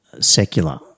secular